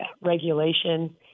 regulation